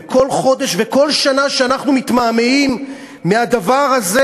וכל חודש וכל שנה שאנחנו מתמהמהים בדבר הזה,